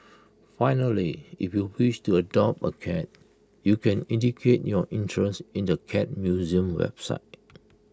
finally if you wish to adopt A cat you can indicate your interest in the cat museum's website